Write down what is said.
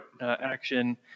action